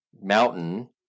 mountain